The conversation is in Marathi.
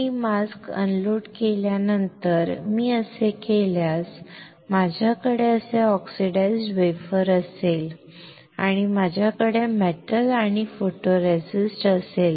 की मास्क अनलोड केल्यानंतर मी असे केल्यास माझ्याकडे असे ऑक्सिडाइज्ड वेफर असेल आणि माझ्याकडे मेटल आणि फोटोरेसिस्ट असेल